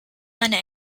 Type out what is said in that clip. meine